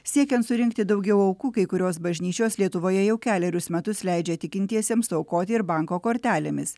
siekiant surinkti daugiau aukų kai kurios bažnyčios lietuvoje jau kelerius metus leidžia tikintiesiems aukoti ir banko kortelėmis